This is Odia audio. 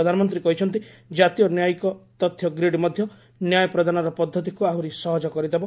ପ୍ରଧାନମନ୍ତ୍ରୀ କହିଛନ୍ତି ଜାତୀୟ ନ୍ୟାୟିକ ତଥ୍ୟ ଗ୍ରୀଡ଼୍ ମଧ୍ୟ ନ୍ୟାୟ ପ୍ରଦାନର ପଦ୍ଧତିକୁ ଆହୁରି ସହଜ କରିଦେବ